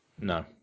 No